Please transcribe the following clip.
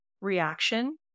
reaction